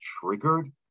triggered